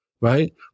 right